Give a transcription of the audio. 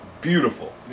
beautiful